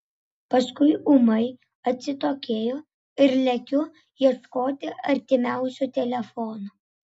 paskui ūmai atsitokėju ir lekiu ieškoti artimiausio telefono